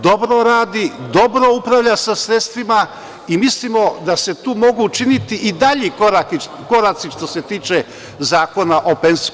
Dobro radi, dobro upravlja sa sredstvima i mislimo da se tu mogu učiniti dalji koraci što se tiče Zakona o PIO.